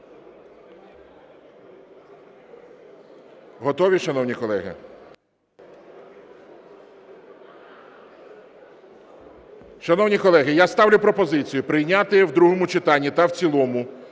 Готові, шановні колеги?